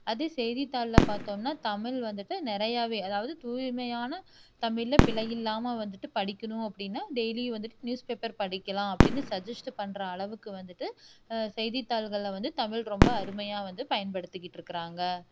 அது செய்திதாளில் பார்த்தோம்னா தமிழ் வந்துட்டு நிறையவே அதாவது தூய்மையான தமிழில் பிழை இல்லாம வந்துட்டு படிக்கணும் அப்படினா டெய்லியும் வந்துட்டு நியூஸ்பேப்பர் படிக்கலாம் அப்படின்னு சஜஸ்ட் பண்ணுற அளவுக்கு வந்துட்டு செய்தி தாள்களில் வந்து தமிழ் ரொம்ப அருமையாக வந்து பயன்படுத்திகிட்ருக்கறாங்க